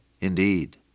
indeed